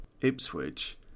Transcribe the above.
Ipswich